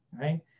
right